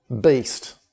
beast